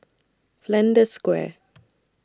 Flanders Square